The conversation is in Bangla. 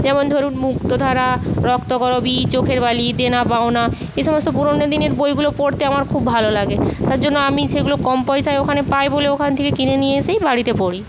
যেমন ধরুন মুক্তধারা রক্তকরবী চোখের বালি দেনা পাওনা এই সমস্ত পুরোনো দিনের বইগুলো পড়তে আমার খুব ভালো লাগে তার জন্য আমি সেগুলো কম পয়সায় ওখানে পাই বলে ওখান থেকে কিনে নিয়ে এসেই বাড়িতে পড়ি